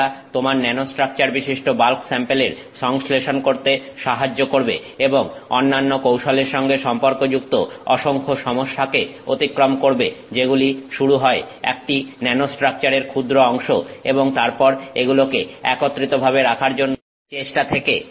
এটা তোমার ন্যানোস্ট্রাকচার বিশিষ্ট বাল্ক স্যাম্পেলের সংশ্লেষণ করতে সাহায্য করবে এবং অন্যান্য কৌশলের সঙ্গে সম্পর্কযুক্ত অসংখ্য সমস্যাকে অতিক্রম করবে যেগুলি শুরু হয় একটি ন্যানোস্ট্রাকচারের ক্ষুদ্র অংশ এবং তারপর এগুলোকে একত্রিতভাবে রাখার জন্য চেষ্টা থেকে